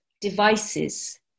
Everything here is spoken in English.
devices